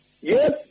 yes